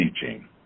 teaching